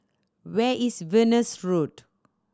where is Venus Road